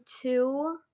two